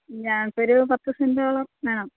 ഞങ്ങൾക്ക് ഒരു പത്ത് സെൻറ്റോളം വേണം